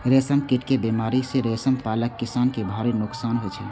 रेशम कीट के बीमारी सं रेशम पालक किसान कें भारी नोकसान होइ छै